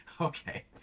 Okay